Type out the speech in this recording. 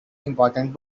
important